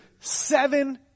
seven